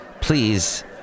please